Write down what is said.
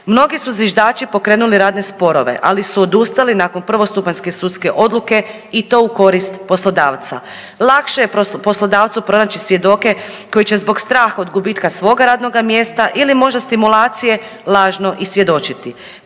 Mnogi su zviždači pokrenuli radne sporove ali su odustali nakon prvostupanjske sudske odluke i to u korist poslodavca. Lakše je poslodavcu pronaći svjedoke koji će zbog straha od gubitka svoga radnoga mjesta ili možda stimulacije lažno i svjedočiti.